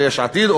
ליש עתיד,